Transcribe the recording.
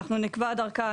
אנחנו נקבע דרכה,